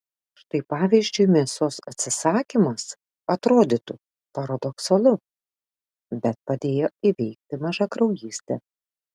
štai pavyzdžiui mėsos atsisakymas atrodytų paradoksalu bet padėjo įveikti mažakraujystę